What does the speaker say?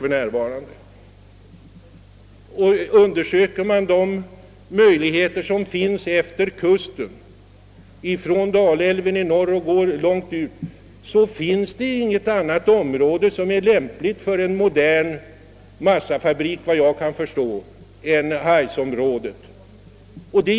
Om vi undersöker möjligheterna utefter kusten från Dalälven i norr, så finner vi efter vad jag kan förstå inget annat område som är lämpligt för en modern massafabrik än hargsregionen.